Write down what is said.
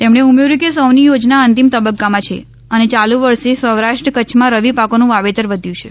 તેમણે ઉમેર્યું કે સૌની થો ના અંતિમ તબક્કામાં છે અને યાલુ વર્ષે સૌરાષ્ટ્ર કચ્છમાં રવિ પાકોનું વાવેતર વધ્યું છે